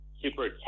super